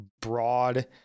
broad